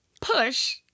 Push